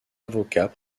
avocat